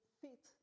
fit